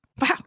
Wow